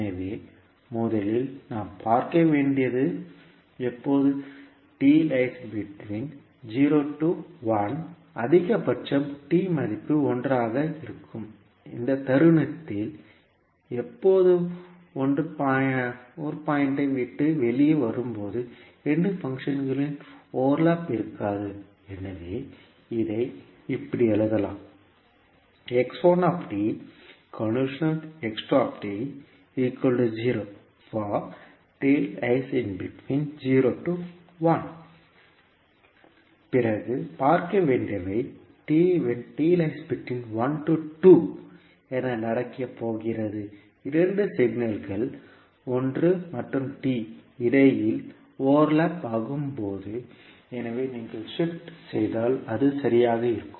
எனவே முதலில் நான் பார்க்க வேண்டியது எப்போது அதிகபட்சம் t மதிப்பு 1 ஆக இருக்கும் இந்த தருணத்தில் எப்போது 1 பாயிண்டை விட்டு வெளியே வரும்போது 2 பங்க்ஷன்களின் ஓவர்லப் இருக்காது எனவே இதை இப்படி எழுதலாம் பிறகு பார்க்க வேண்டியவை என்ன நடக்கப்போகிறது இரண்டு சிக்னல்கள் 1மற்றும் t இடையில் ஓவர்லப் ஆகும்போது எனவே நீங்கள் ஷிப்ட் செய்தால் அது சரியாக இருக்கும்